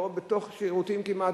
בתוך שירותים כמעט,